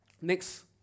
Next